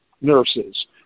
nurses